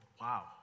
wow